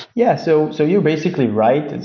yeah. so so you're basically right.